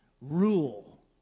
rule